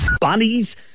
Bunnies